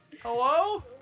Hello